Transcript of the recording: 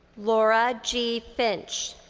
laura g. finch.